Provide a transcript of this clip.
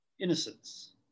Innocence